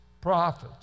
prophets